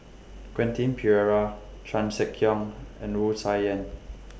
Quentin Pereira Chan Sek Keong and Wu Tsai Yen